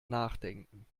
nachdenken